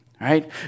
Right